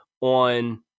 on